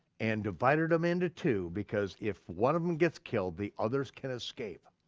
and divided them into two because if one of them gets killed the others can escape,